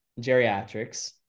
geriatrics